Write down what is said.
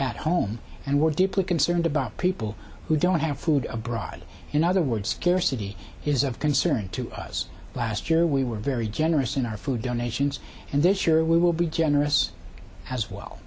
at home and we're deeply concerned about people who don't have food abroad in other words scarcity is of concern to us last year we were very generous in our food donations and this year we will be generous as well